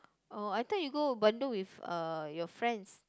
oh I thought you go Bandung with uh your friends